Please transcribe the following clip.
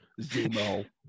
Zemo